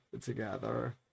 together